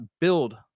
build